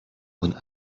بود